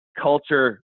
culture